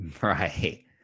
Right